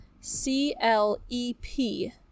C-L-E-P